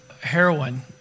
heroin